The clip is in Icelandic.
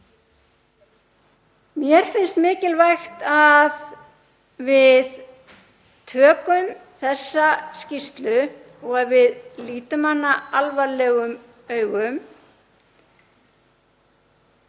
Mér finnst mikilvægt að við tökum þessa skýrslu og lítum hana alvarlegum augum